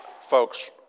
folks